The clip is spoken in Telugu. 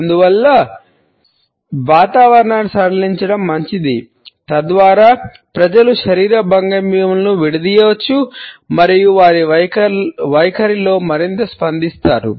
అందువల్ల వాతావరణాన్ని సడలించడం మంచిది తద్వారా ప్రజలు శరీర భంగిమలను విడదీయవచ్చు మరియు వారి వైఖరిలో మరింత స్పందిస్తారు